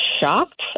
shocked